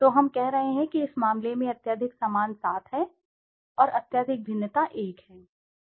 तो हम कह रहे हैं कि इस मामले में अत्यधिक समान सात हैं और अत्यधिक भिन्नता एक है